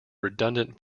redundant